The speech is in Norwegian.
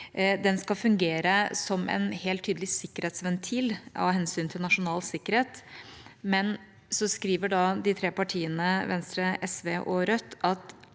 Den skal fungere som en helt tydelig sikkerhetsventil av hensyn til nasjonal sikkerhet. Men så skriver de tre partiene, Venstre, SV og Rødt, at